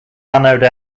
anode